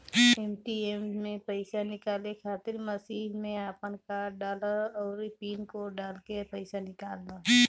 ATM से पईसा निकाले खातिर मशीन में आपन कार्ड डालअ अउरी पिन कोड डालके पईसा निकाल लअ